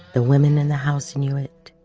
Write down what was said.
ah women in the house knew it,